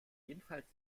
jedenfalls